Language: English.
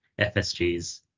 FSGs